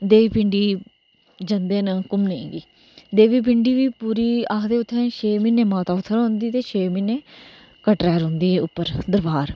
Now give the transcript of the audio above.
देबी पिंडी जंदे न घूमने गी देबी पिडीं पूरी आक्खदे कि माता छे म्हीने उत्थै रौंहदी ते छे म्हीने कटरा रौंहदी ऐ उप्पर दरवार